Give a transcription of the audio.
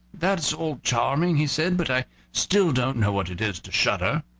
that's all charming, he said but i still don't know what it is to shudder.